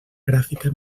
gràfica